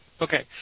Okay